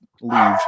leave